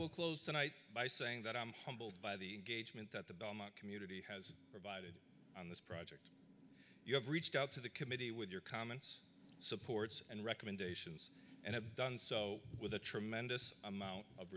will close tonight by saying that i am humbled by the gauge meant that the belmont community has provided on this project you have reached out to the committee with your comments supports and recommendations and have done so with a tremendous amount of